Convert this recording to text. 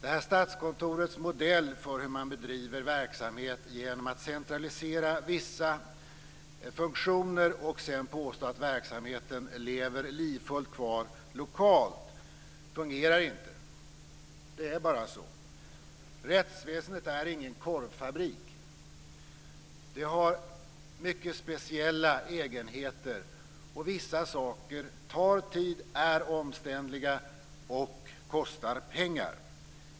Statskontorets modell för hur man bedriver verksamhet genom att centralisera vissa funktioner och sedan påstå att verksamheten lever livfullt kvar lokalt fungerar inte. Det är bara så. Rättsväsendet är ingen korvfabrik. Det har mycket speciella egenheter, och vissa saker tar tid, är omständliga och kostar pengar.